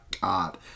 God